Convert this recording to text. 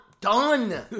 done